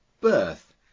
birth